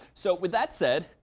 so with that said,